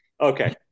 Okay